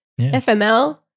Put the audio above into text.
FML